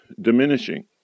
diminishing